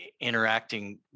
interacting